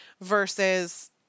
versus